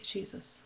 Jesus